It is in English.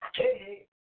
Okay